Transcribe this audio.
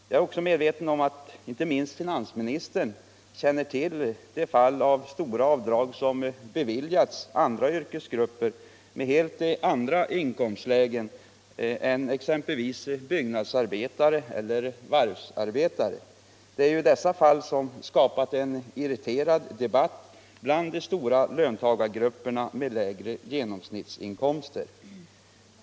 Jag är också medveten om att inte minst finansministern känner till de fall där stora avdrag beviljats andra yrkesgrupper med helt andra inkomstlägen än exempelvis byggnadsarbetare eller varvsarbetare. Det är ju dessa fall som skapat en irriterad debatt bland de stora löntagargrupperna med lägre genomsnittsinkomster.